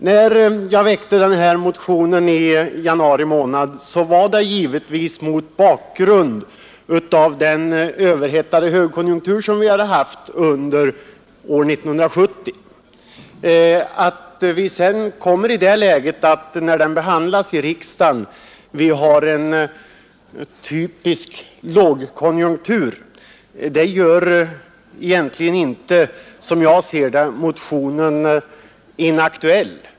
När jag väckte den här motionen i januari månad, var det givetvis mot bakgrund av den överhettade konjunktur som vi hade haft under år 1970. Att vi sedan kommit i det läget att vi, när motionen behandlas i riksdagen, har en typisk lågkonjunktur, gör egentligen inte, som jag ser det, motionen inaktuell.